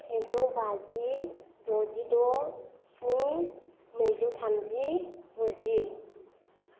सेजौ बाजि द'जिद' स्नि नैजौ थामजि गुजि